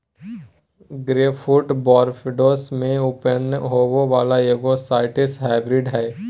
grapefruit Barbados में उत्पन्न होबो वला एगो साइट्रस हाइब्रिड हइ